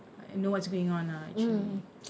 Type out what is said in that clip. know what's going on ah actually